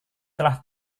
telah